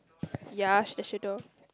ya sh~ the shadow